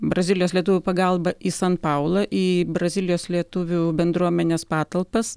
brazilijos lietuvių pagalba į san paulą į brazilijos lietuvių bendruomenės patalpas